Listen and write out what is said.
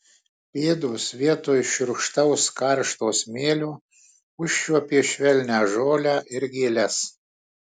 pėdos vietoj šiurkštaus karšto smėlio užčiuopė švelnią žolę ir gėles